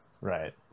Right